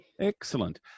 Excellent